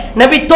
Nabi